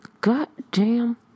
goddamn